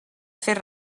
fer